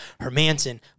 Hermanson